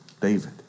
David